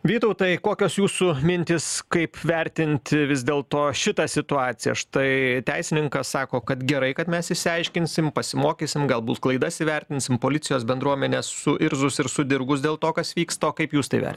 vytautai kokios jūsų mintys kaip vertinti vis dėlto šitą situaciją štai teisininkas sako kad gerai kad mes išsiaiškinsim pasimokysim galbūt klaidas įvertinsim policijos bendruomenė suirzus ir sudirgus dėl to kas vyksta o kaip jūs tai